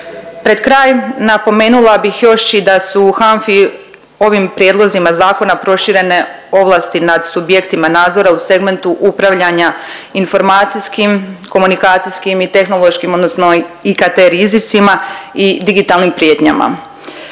Pred kraj, napomenula bih još i da su HANFA-i ovim prijedlozima zakona proširene ovlasti nad subjektima nadzora u segmentu upravljanja informacijskim, komunikacijskim i tehnološkim odnosno i IKT rizicima i digitalnim prijetnjama.